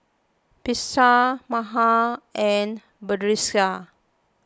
Batrisya Mawar and Batrisya